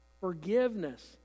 Forgiveness